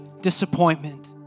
disappointment